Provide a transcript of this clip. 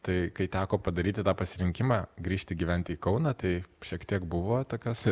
tai kai teko padaryti tą pasirinkimą grįžti gyventi į kauną tai šiek tiek buvo tokios